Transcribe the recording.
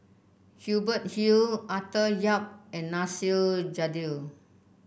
Hubert Hill Arthur Yap and Nasir Jalil